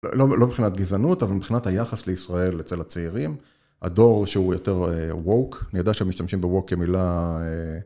לא מבחינת גזענות, אבל מבחינת היחס לישראל אצל הצעירים, הדור שהוא יותר ווק, אני יודע שהם משתמשים בווק כמילה